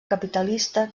capitalista